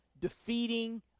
defeating